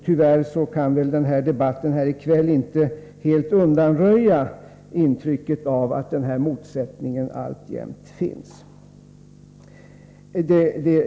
Tyvärr kan väl debatten här i kväll — och kanske framför allt tidigare debatter — inte helt undanröja intrycket av att den här motsättningen alltjämt finns.